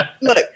look